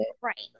Right